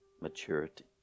maturity